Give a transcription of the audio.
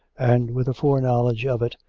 and with a foreknowledge of it,